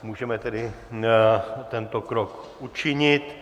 Můžeme tedy tento krok učinit.